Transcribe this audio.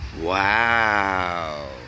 Wow